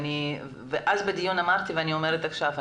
ואז אמרתי ואני אומרת עכשיו,